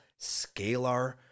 scalar